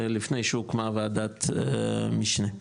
לפני שהוקמה וועדת משנה.